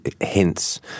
hints